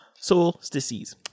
solstices